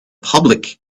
public